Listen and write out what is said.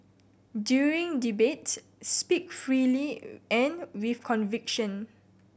during debates speak freely and with conviction